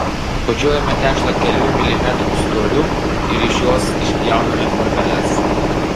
kočiojame tešlą kelių milimetrų storiu ir iš jos išpjauname formeles